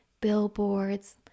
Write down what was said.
billboards